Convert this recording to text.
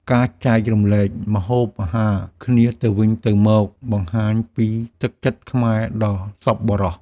ការចែករំលែកម្ហូបអាហារគ្នាទៅវិញទៅមកបង្ហាញពីទឹកចិត្តខ្មែរដ៏សប្បុរស។